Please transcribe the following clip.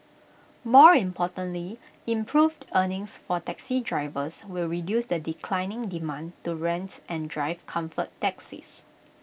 more importantly improved earnings for taxi drivers will reduce the declining demand to rents and drive comfort taxis